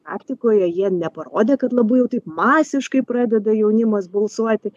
praktikoje jie neparodė kad labai jau taip masiškai pradeda jaunimas balsuoti